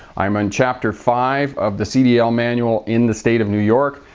i'm on chapter five of the cdl manual in the state of new york.